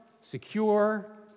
secure